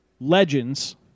legends